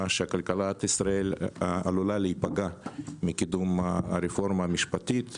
שכלכלת ישראל עלולה להיפגע מקידום הרפורמה המשפטית,